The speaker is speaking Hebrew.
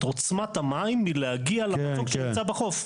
עוצמת המים מלהגיע למצוק שנמצא בחוף.